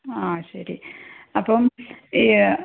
ആ ശരി അപ്പം ഈ